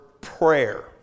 prayer